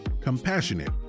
Compassionate